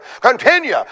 continue